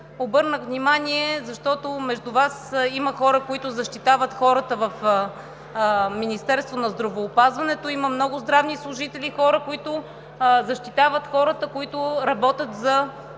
обърнах внимание, защото между Вас има хора, които защитават хората в Министерството на здравеопазването. Има много здравни служители, които защитават хората, които работят за